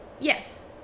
Yes